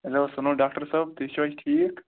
hello سُنو doctor صٲب تُہۍ چھُو حظ ٹھیٖک